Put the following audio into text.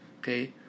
okay